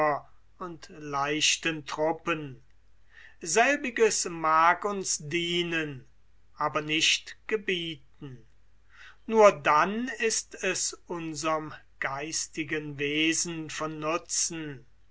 und leichten truppen selbiges mag uns dienen aber nicht gebieten nur dann ist es unserm geistigen wesen von nutzen